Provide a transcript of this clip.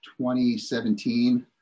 2017